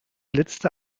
letzte